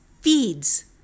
feeds